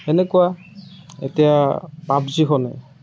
সেনেকুৱা এতিয়া পাবজিখনেই